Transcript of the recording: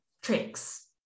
tricks